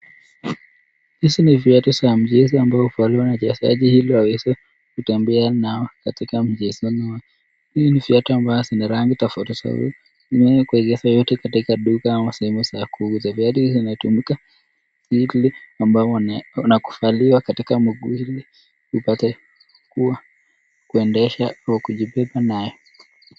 Hizi ni viatu za mjezi ambazo huvaliwa na mchezaji hili aweze kutembea nazo katika michezo nao. Hizi ni viatu ambazo zina rangi tofauti tofauti. zimewekwa zote katika duka ama sehemu za kuuza. Viatu hizi zinatumika ambazo wanakuvaliwa katika mguu ili upate kuwa kuendesha au kujibeba naye.